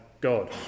God